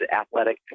athletic